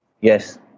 yes